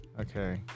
Okay